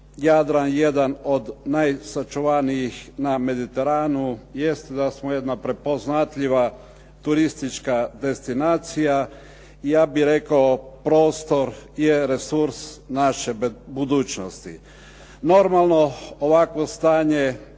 jedan o najsačuvanijih na Mediteranu, jest da smo jedna prepoznatljiva turistička destinacija, ja bih rekao prostor gdje je resurs naše budućnosti. Normalno, ovakvo stanje